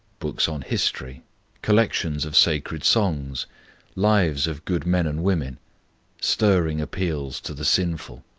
books on history collections of sacred songs lives of good men and women stirring appeals to the sinful.